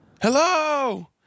hello